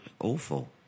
awful